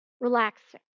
relaxing